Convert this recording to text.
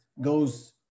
goes